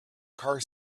car